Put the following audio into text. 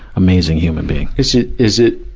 amazing human being. is it, is it,